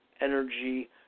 energy